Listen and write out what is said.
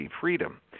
freedom